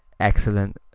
Excellent